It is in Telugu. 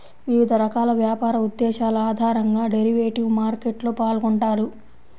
వివిధ రకాల వ్యాపార ఉద్దేశాల ఆధారంగా డెరివేటివ్ మార్కెట్లో పాల్గొంటారు